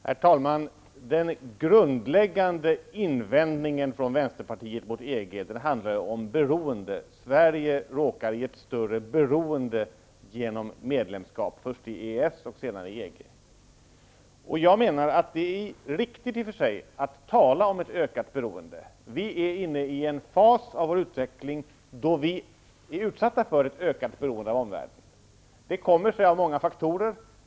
Herr talman! Vänsterpartiets grundläggande invändning mot EG handlar om beroende; Sverige råkar i ett större beroende genom medlemskap först i EES och senare i EG. Jag menar att det i och för sig är riktigt att tala om ett ökat beroende. Vi är inne i en fas av vår utveckling då vi är utsatta för ett ökat beroende av omvärlden. Detta kommer sig av många faktorer.